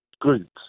groups